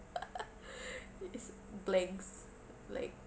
it's blanks like